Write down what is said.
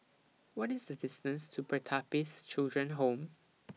What IS The distance to Pertapis Children Home